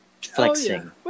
flexing